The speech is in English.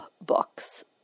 books